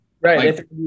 right